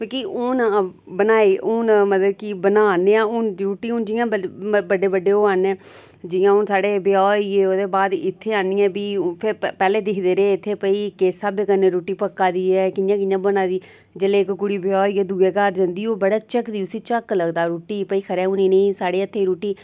मिकी हून बनाई हून मतलब कि बनाने हा हून रुट्टी जियां हून बड्डे बड्डे होआ ने आं जियां हून साढ़े ब्याह होई गे ओह्दे बाद इत्थै आनियै बी पैह्ले दिखदे रेह् इत्थै भई केह् स्हाबें कन्नै रुट्टी पक्कै दी ऐ कि'यां कि'यां बना दी जेल्लै इक कुड़ी ब्याह् होइयै दूआ घर जंदी ओह् बड़ा झकदी उसी झक्क लगदा रुट्टी भई खरा हून इनेंगी साढ़े हत्थें दी रुट्टी